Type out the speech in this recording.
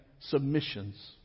submissions